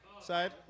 side